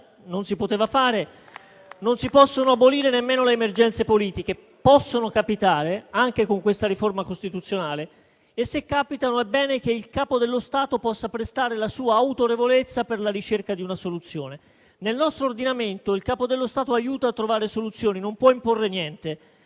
non si poteva fare; non si possono abolire nemmeno le emergenze politiche. Possono capitare, anche con questa riforma costituzionale, e, se capitano, è bene che il Capo dello Stato possa prestare la sua autorevolezza per la ricerca di una soluzione. Nel nostro ordinamento il Capo dello Stato aiuta a trovare soluzioni e non può imporre niente.